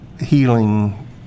healing